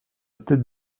tête